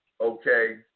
okay